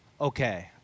okay